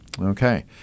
Okay